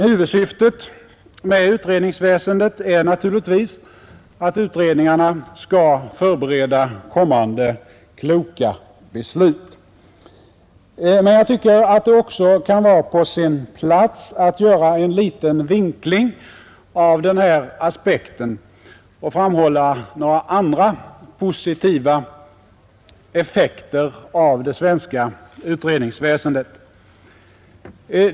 Huvudsyftet med utredningsväsendet är naturligtvis att utredningarna skall förbereda kommande kloka beslut. Men jag tycker att det också kan vara på sin plats att göra en liten vinkling av den här aspekten och framhålla några andra positiva effekter av det svenska utredningsväsendet.